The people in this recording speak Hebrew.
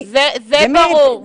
כן, זה ברור.